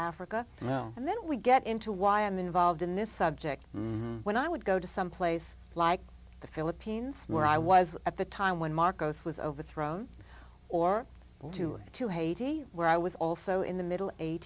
know and then we get into why i'm involved in this subject when i would go to someplace like the philippines where i was at the time when marcos was overthrown or due to haiti where i was also in the middle a